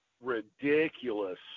ridiculous